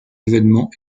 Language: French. événements